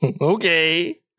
Okay